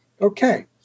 okay